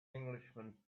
englishman